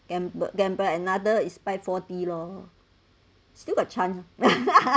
gamble gamble another is buy four D loh still got chance